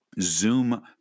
Zoom